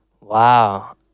wow